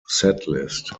setlist